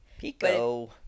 Pico